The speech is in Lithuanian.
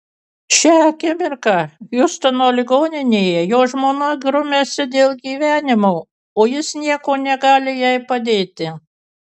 šią akimirką hjustono ligoninėje jo žmona grumiasi dėl gyvenimo o jis niekuo negali jai padėti